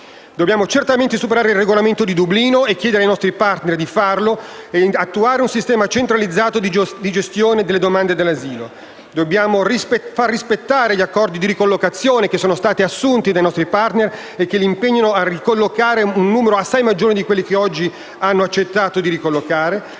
Dobbiamo certamente superare il regolamento di Dublino e chiedere ai nostri *partner* di farlo e attuare un sistema centralizzato di gestione delle domande di asilo. Dobbiamo far rispettare gli accordi di ricollocazione che sono stati assunti dai nostri *partner* e che li impegnino a ricollocare un numero di persone assai maggiore di quelle che fino ad oggi hanno accettato di ricollocare.